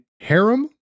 Harem